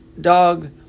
dog